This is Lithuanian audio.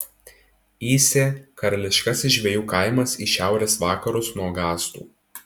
įsė karališkasis žvejų kaimas į šiaurės vakarus nuo gastų